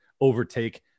overtake